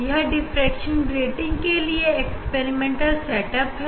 यह diffraction grating के लिए प्रयोग की व्यवस्था है